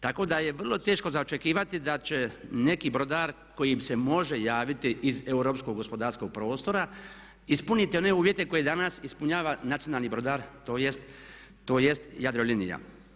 Tako da je vrlo teško za očekivati da će neki brodar koji se može javiti iz europskog gospodarskog prostora ispuniti one uvjete koje danas ispunjava nacionalni brodar tj. Jadrolinija.